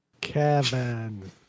Kevin